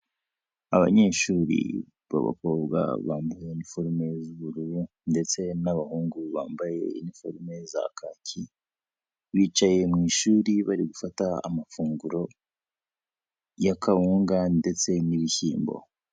Abanyeshuri b'abakobwa bambaye iniforume z'ubururu ndetse n'abahungu bambaye iniforume za kaki, bicaye mu ishuri bari gufata amafunguro ya kawunga ndetse n'ibishyimbo.